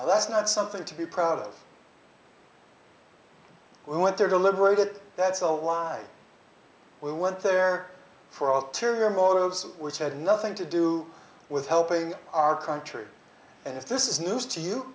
mosul that's not something to be proud of we went there to liberate it that's all why we went there for all teary motives which had nothing to do with helping our country and if this is news to you